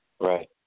Right